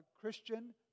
Christian